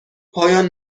پایان